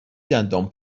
دندان